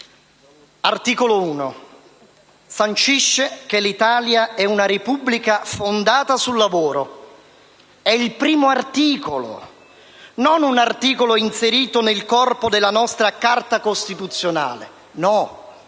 Costituzione sancisce che «L'Italia è una Repubblica democratica, fondata sul lavoro». È il primo articolo, non un articolo inserito nel corpo della nostra Carta costituzionale. No,